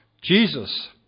Jesus